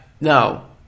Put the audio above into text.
No